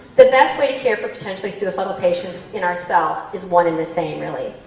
the best way to care for potentially suicidal patients in ourselves is one in the same really.